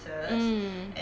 mm